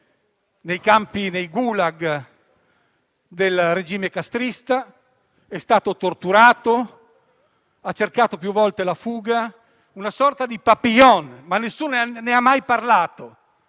nei gulag del regime castrista. È stato torturato; ha cercato più volte la fuga. È una sorta di «Papillon», ma nessuno ne ha mai parlato